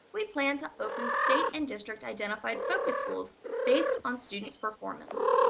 we plan to open state and district identified focus schools based on students' performance.